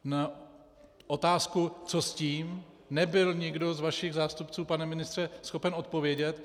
Na otázku, co s tím, nebyl nikdo vašich zástupců, pane ministře, schopen odpovědět.